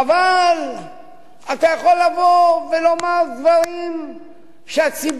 אבל אתה יכול לבוא ולומר דברים שהציבור